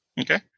Okay